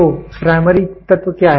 तो प्राइमरी तत्व क्या हैं